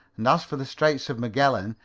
and as for the straits of magellan,